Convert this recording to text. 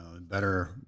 better